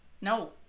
no